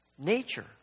nature